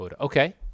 Okay